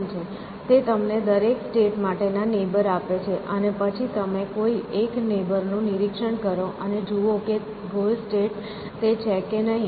તે તમને દરેક સ્ટેટ માટેના નેબર આપે છે અને પછી તમે કોઈ એક નેબર નું નિરીક્ષણ કરો અને જુઓ કે તે ગોલ સ્ટેટ છે કે નહીં